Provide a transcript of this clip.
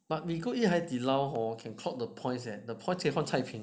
but we go eat Haidilao hor can clock the points leh the points can 换菜品 leh